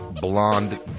blonde